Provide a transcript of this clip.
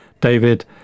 David